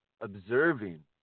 observing